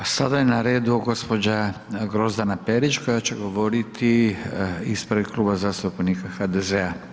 A sada je na redu gospođa Grozdana Perić koja će govoriti ispred Kluba zastupnika HDZ-a.